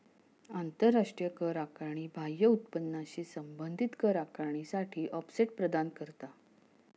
आंतराष्ट्रीय कर आकारणी बाह्य उत्पन्नाशी संबंधित कर आकारणीसाठी ऑफसेट प्रदान करता